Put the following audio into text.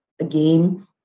again